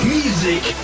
music